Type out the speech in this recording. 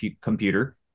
computer